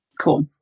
Cool